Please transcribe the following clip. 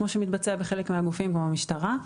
כמו שמתבצע בחלק מהגופים כמו במשטרה,